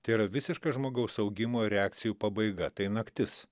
tai yra visiška žmogaus augimo ir reakcijų pabaiga tai naktis